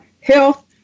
health